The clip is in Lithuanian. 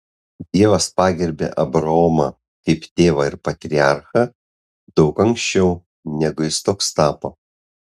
dievas pagerbė abraomą kaip tėvą ir patriarchą daug anksčiau negu jis toks tapo